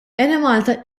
enemalta